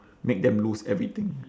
make them lose everything